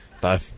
Bye